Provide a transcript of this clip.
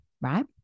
right